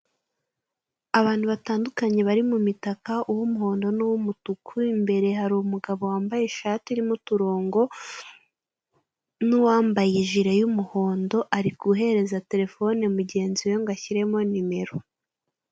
Abantu batandukanye bari mu mitaka uwumuhondo n'uwumutuku imbere hari umugabo wambaye ishati irimo uturongo n'uwambaye ijire y'umuhondo ari guhereza telefone mu genzi we ngo ashyiremo nimero.